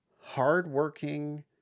hardworking